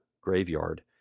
graveyard